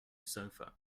sofa